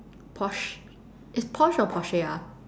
Porsche is Porsche or Porsche ah